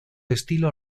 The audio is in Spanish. estilo